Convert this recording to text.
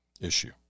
issue